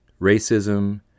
racism